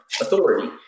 authority